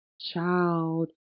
child